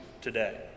today